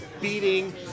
beating